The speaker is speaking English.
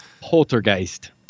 Poltergeist